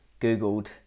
Googled